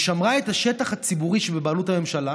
ושמרה את השטח הציבורי שבבעלות הממשלה